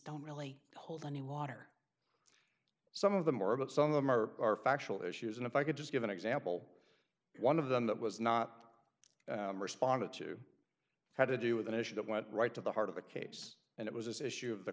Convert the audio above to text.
don't really hold any water some of them or about some of them or are factual issues and if i could just give an example one of them that was not responded to had to do with an issue that went right to the heart of the case and it was this issue of the